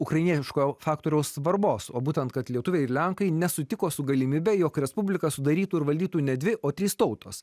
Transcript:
ukrainietiškojo faktoriaus svarbos o būtent kad lietuviai ir lenkai nesutiko su galimybe jog respublika sudarytų ir valdytų ne dvi o trys tautos